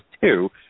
two